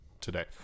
today